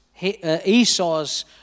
Esau's